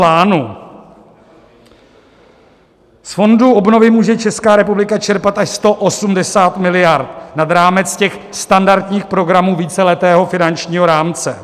Z fondu obnovy může Česká republika čerpat až 180 miliard nad rámec těch standardních programů víceletého finančního rámce.